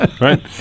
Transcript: right